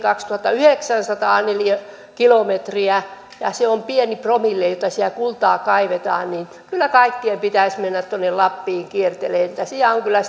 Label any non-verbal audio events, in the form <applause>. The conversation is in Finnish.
<unintelligible> kaksituhattayhdeksänsataa neliökilometriä ja ja se on pieni promille jossa siellä kultaa kaivetaan niin kyllä kaikkien pitäisi mennä tuonne lappiin kiertelemään siellä on kyllä <unintelligible>